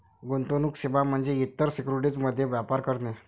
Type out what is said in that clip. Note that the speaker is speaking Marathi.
गुंतवणूक सेवा म्हणजे इतर सिक्युरिटीज मध्ये व्यापार करणे